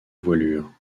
voilure